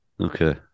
okay